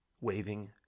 waving